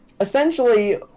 essentially